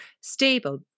stable